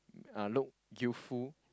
uh look youthful